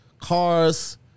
cars